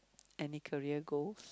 any career goals